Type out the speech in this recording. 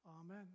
Amen